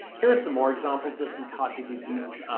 here are some more examples of some carte de visites,